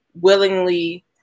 willingly